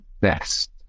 best